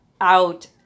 out